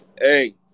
Hey